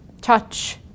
touch